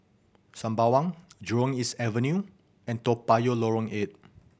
Sembawang Jurong East Avenue and Toa Payoh Lorong Eight